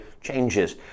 changes